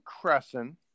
Crescent